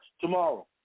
tomorrow